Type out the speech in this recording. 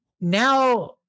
now